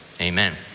amen